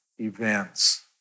events